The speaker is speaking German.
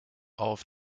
auf